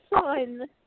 son